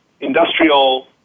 industrial